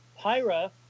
Pyra